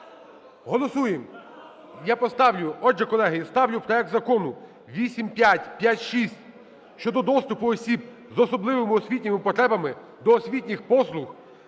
колеги, ставлю проект Закону 8556 щодо доступу осіб з особливими освітніми потребами до освітніх послуг